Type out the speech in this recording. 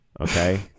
Okay